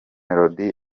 melody